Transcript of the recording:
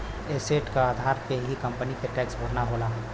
asset के आधार पे ही कंपनी के टैक्स भरना होला